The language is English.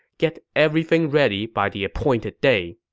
get everything ready by the appointed day.